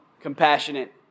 compassionate